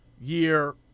year